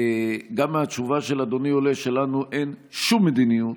גם מהתשובה של אדוני עולה שלנו אין שום מדיניות,